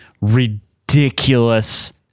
ridiculous